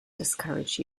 discourage